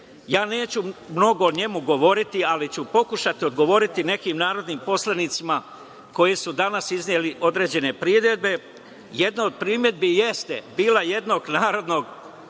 Srbije. Neću mnogo o njemu govoriti, ali ću pokušati odgovoriti nekim narodnim poslanicima koji su danas izneli određene primedbe. Jedna od primedbi jeste bila jednog narodnog poslanika